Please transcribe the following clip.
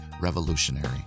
revolutionary